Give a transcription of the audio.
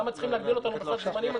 למה צריכים להגביל אותנו בסד זמנים?